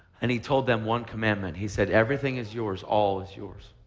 and he told them one commandment. he said everything is yours. all is yours.